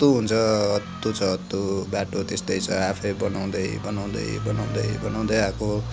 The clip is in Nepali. हुन्छ हत्तु छ हत्तु बाटो त्यस्तै छ आफै बनाउँदै बनाउँदै बनाउँदै बनाउँदै आएको